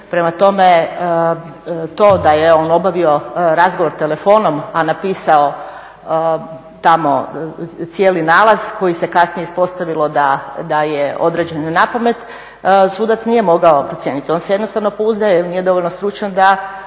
Prema tome to da je on obavio razgovor telefon, a napisao tamo cijeli nalaz koji se kasnije ispostavilo da je određen napamet, sudac nije mogao procijenit, on se jednostavno pouzdaje jer nije dovoljno stručan da